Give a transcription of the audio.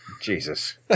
Jesus